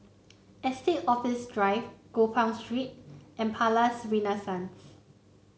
Estate Office Drive Gopeng Street and Palais Renaissance